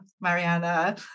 Mariana